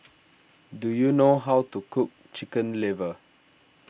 do you know how to cook Chicken Liver